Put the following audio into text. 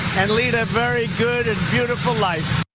and lead a very good and beautiful life.